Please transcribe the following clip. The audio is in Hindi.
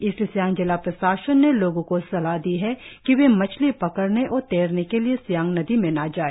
ईस्ट सियांग जिला प्रशासन ने लोगों को सलाह दी है कि वे मछली पकड़ने और तैरने के लिए सियांग नदी में न जाए